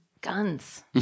guns